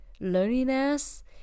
loneliness